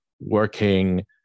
working